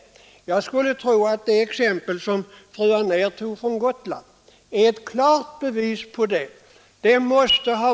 Jag skulle tro att det exempel som fru Anér tog från Gotland är ett klart bevis på det.